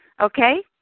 Okay